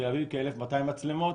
בתל-אביב כ-1,200 מצלמות.